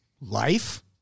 life